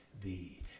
thee